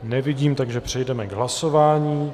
Nevidím, takže přejdeme k hlasování.